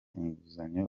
inguzanyo